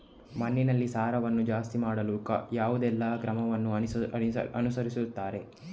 ಮಣ್ಣಿನಲ್ಲಿ ಸಾರವನ್ನು ಜಾಸ್ತಿ ಮಾಡಲು ಯಾವುದೆಲ್ಲ ಕ್ರಮವನ್ನು ಅನುಸರಿಸುತ್ತಾರೆ